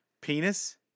penis